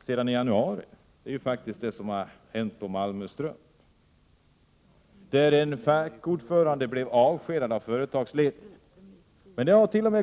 sedan i januari är det som då hände vid AB Malmö Strumpfabrik, där en fackordförande blev avskedad av företagsledningen. Det hart.o.m.